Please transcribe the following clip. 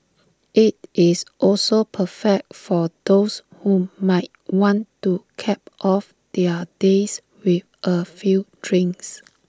IT is also perfect for those who might want to cap off their days with A few drinks